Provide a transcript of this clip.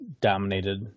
dominated